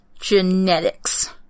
genetics